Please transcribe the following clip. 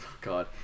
God